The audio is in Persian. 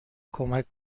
کمک